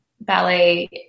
ballet